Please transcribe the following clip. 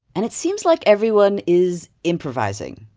and it seems like everyone is improvising.